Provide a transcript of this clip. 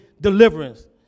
deliverance